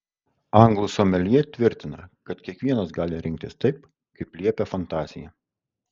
anglų someljė tvirtina kad kiekvienas gali rinktis taip kaip liepia fantazija